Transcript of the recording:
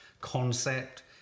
concept